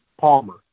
Palmer